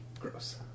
Gross